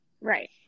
right